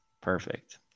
Perfect